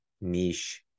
niche